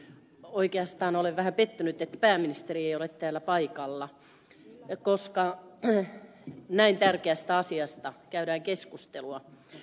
oikeastaan olen vähän pettynyt että pääministeri ei ole täällä paikalla koska näin tärkeästä asiasta käydään keskustelua